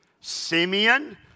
Simeon